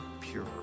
pure